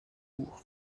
bourg